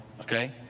Okay